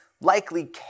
likely